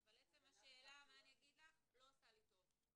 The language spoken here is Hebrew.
אבל עצם השאלה לא עושה לי טוב,